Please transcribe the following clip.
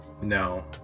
No